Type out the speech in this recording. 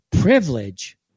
privilege